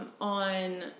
on